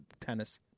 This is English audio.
tennis